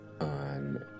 on